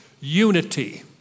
unity